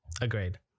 agreed